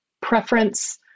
preference